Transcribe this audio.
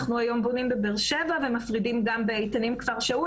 ואנחנו היום בונים בבאר שבע ומפרידים גם באיתנים - כפר שאול.